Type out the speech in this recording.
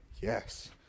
Yes